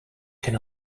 can